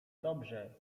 dobrze